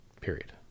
Period